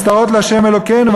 "הנסתרת לה' אלוקינו,